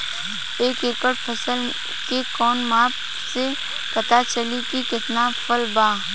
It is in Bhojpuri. एक एकड़ फसल के कवन माप से पता चली की कितना फल बा?